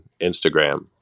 instagram